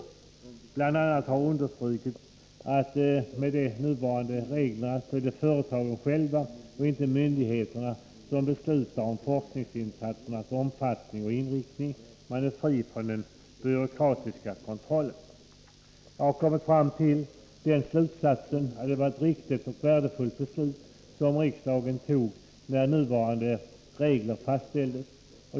Bl. a. har understrukits att det med nuvarande regler är företagen själva och inte myndigheterna som beslutar om forskningsinsatsernas omfattning och inriktning. Man är fri från den byråkratiska kontrollen. Jag har kommit fram till den slutsatsen att det var ett riktigt och värdefullt beslut som riksdagen fattade när nuvarande regler fastställdes.